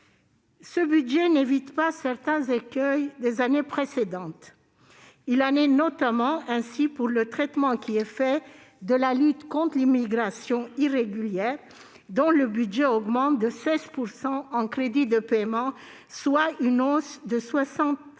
Ce budget n'évite pas certains écueils des années précédentes. Il en est notamment ainsi du traitement de la lutte contre l'immigration irrégulière, dont le budget augmente de 16 % en crédits de paiement, soit une hausse de 68,1